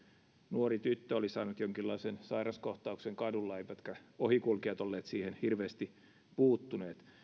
nuori tyttö oli saanut jonkinlaisen sairaskohtauksen kadulla eivätkä ohikulkijat olleet siihen hirveästi puuttuneet